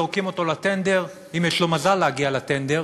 זורקים אותה לטנדר אם יש לו מזל להגיע לטנדר,